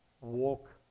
walk